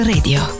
Radio